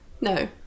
No